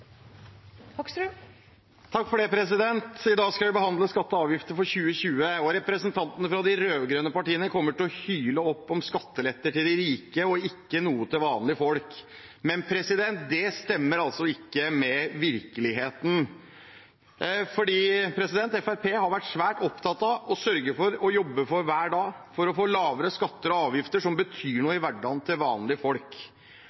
avgifter for 2020. Representantene fra de rød-grønne partiene kommer til å hyle opp om skatteletter til rike og ikke noe til vanlige folk. Men det stemmer ikke med virkeligheten. Fremskrittspartiet har vært svært opptatt av å sørge for og å jobbe for – hver dag – å få lavere skatter og avgifter som betyr noe